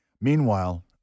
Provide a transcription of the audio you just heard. meanwhile